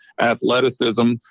athleticism